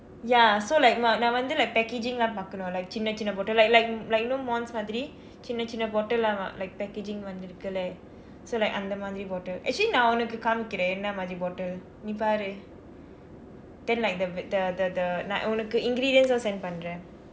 ya so like நான் நான் வந்து:naan naan vandthu like packaging எல்லாம் பார்க்கணும்:ellaam parkkanum like சின்ன சின்ன:sinna sinna bottle like like like you know mons மாதிரி சின்ன சின்ன:maathiri sinna sinna bottle or not like packaging வந்து இருக்கு:vanthu irukku leh so like அந்த மாதிரி:antha mathiri bottle actually நான் உனக்கு காமிக்கிரேன் எந்த மாதிரி:naan unakku kaamikiraen entha mathirir bottle நீ பாரு:nii paaru then like the the the the நான் உனக்கு:naan unakku ingredients send பன்றேன்:pandraen